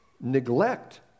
Neglect